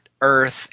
earth